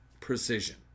precision